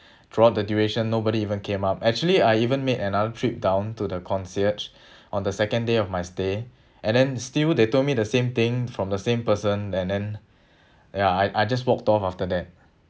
throughout the duration nobody even came up actually I even made another trip down to the concierge on the second day of my stay and then still they told me the same thing from the same person and then ya I I just walked off after that